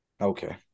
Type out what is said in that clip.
Okay